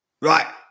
Right